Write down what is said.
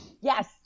yes